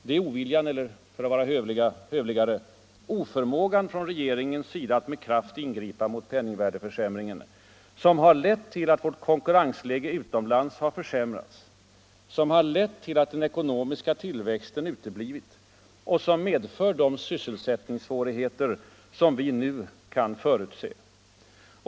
Det är oviljan eller — för att vara hövligare — oförmågan från regeringens sida att med kraft ingripa mot penningvärdeförsämringen som har lett till att vårt konkurrensläge utomlands har försämrats, som har lett till att den ekonomiska tillväxten uteblivit och som medför de sysselsättningssvårigheter som vi nu kan förutse.